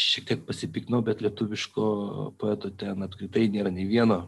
šiek tiek pasipiktinau bet lietuviško poeto ten apskritai nėra nei vieno